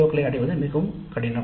க்களை அடைவது மிகவும் கடினம்